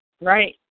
Right